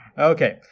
Okay